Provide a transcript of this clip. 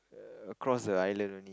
err across the island